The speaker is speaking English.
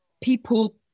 people